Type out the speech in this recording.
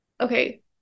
okay